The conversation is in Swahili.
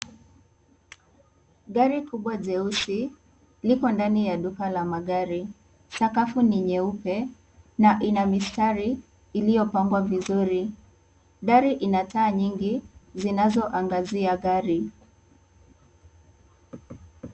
Gari kubwa jeusi, liko ndani ya duka la magari. Sakafu ni nyeupe na ina mistari iliyopangwa vizuri. Gari ina taa nyingi zinazoangazia gari.